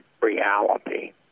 reality